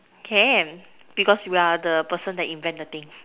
can because we are the person that invent the thing